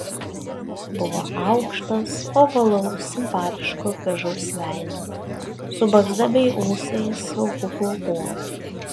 buvo aukštas ovalaus simpatiško ir gražaus veido su barzda bei ūsais ilgų plaukų